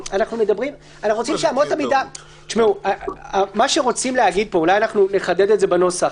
מה שרוצים להגיד פה אולי נחדד זאת בנוסח